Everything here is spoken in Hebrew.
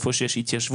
איפה שיש התיישבות,